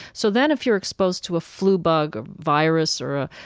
so then if you're exposed to a flu bug, a virus or a,